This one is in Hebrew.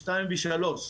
שתיים ושלוש,